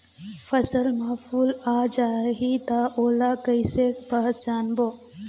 फसल म फूल आ जाही त ओला कइसे पहचानबो?